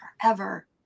forever